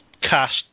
cast